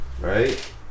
Right